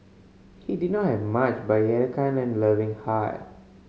he did not have much but he had a kind and loving heart